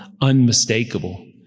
unmistakable